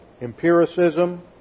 Empiricism